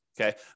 Okay